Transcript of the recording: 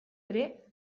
ere